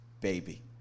baby